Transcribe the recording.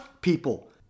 people